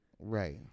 Right